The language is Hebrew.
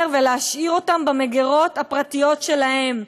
ולהשאיר אותו במגירות הפרטיות שלהם.